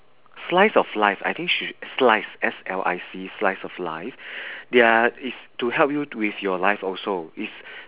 slice of life I think sh~ slice S L I C E slice of life their it's to help you with your life also it's